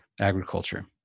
agriculture